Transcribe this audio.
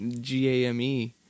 G-A-M-E